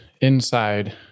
inside